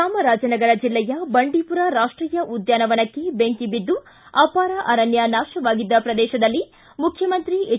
ಚಾಮರಾಜನಗರ ಜೆಲ್ಲೆಯ ಬಂಡೀಪುರ ರಾಷ್ಟೀಯ ಉದ್ದಾನವನಕ್ಕೆ ಬೆಂಕಿ ಬಿದ್ದು ಅಪಾರ ಅರಣ್ಯ ನಾಶವಾಗಿದ್ದ ಪ್ರದೇತದಲ್ಲಿ ಮುಖ್ಯಮಂತ್ರಿ ಹೆಚ್